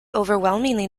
overwhelmingly